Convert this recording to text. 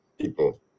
people